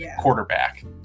quarterback